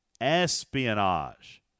Espionage